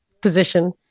position